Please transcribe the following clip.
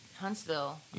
Huntsville